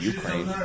Ukraine